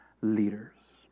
leaders